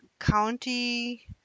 county